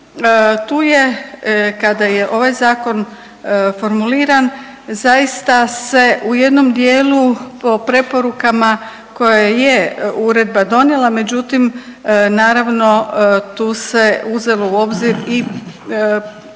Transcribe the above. tu je kada je ovaj zakon formuliran zaista se u jednom dijelu o preporukama koje je uredba donijela, međutim naravno tu se uzelo u obzir i